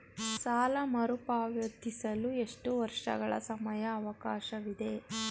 ಸಾಲ ಮರುಪಾವತಿಸಲು ಎಷ್ಟು ವರ್ಷಗಳ ಸಮಯಾವಕಾಶವಿದೆ?